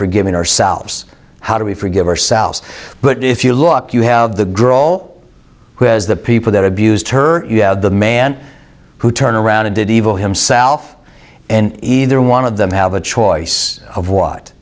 forgiving ourselves how do we forgive ourselves but if you look you have the grol because the people that abused her the man who turned around and did evil himself and either one of them have a choice of what